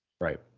Right